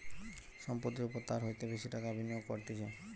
সম্পত্তির ওপর তার হইতে বেশি টাকা বিনিয়োগ করতিছে